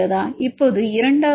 இப்போது இரண்டாவது 2